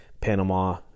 Panama